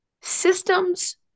systems